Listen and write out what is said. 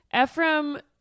Ephraim